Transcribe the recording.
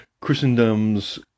Christendom's